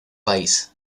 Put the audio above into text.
país